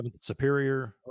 Superior